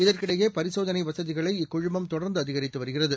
இதற்கிடையேபரிசோதனைவசதிகளை இக்குழுமம் தொடர்ந்துஅதிகரித்துவருகிறது